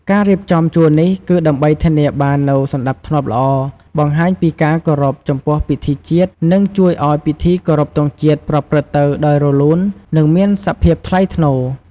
ការរៀបចំជួរនេះ គឺដើម្បីធានាបាននូវសណ្តាប់ធ្នាប់ល្អ បង្ហាញពីការគោរពចំពោះពិធីជាតិ និងជួយឱ្យពិធីគោរពទង់ជាតិប្រព្រឹត្តទៅដោយរលូន និងមានសភាពថ្លៃថ្នូរ។